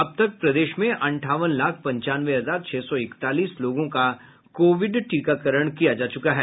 अब तक प्रदेश में अंठावन लाख पंचानवे हजार छह सौ इकतालीस लोगों का कोविड टीकाकरण किया जा चुका है